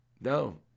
No